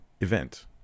event